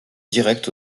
direct